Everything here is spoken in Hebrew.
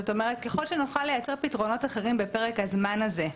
ככל שנוכל לייצר פתרונות אחרים בפרק הזמן הזה,